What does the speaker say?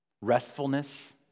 Restfulness